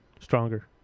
stronger